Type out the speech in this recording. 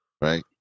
right